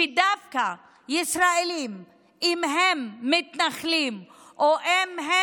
ודווקא ישראלים, אם הם מתנחלים או אם הם